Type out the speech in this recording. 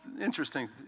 interesting